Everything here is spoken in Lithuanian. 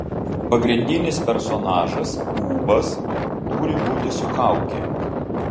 pagrindinis personažas ūbas turi būti su kauke